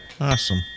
awesome